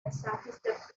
mensajes